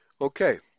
Okay